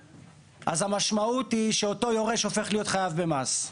אז המשמעות היא שאותו יורש הופך להיות חייב במס.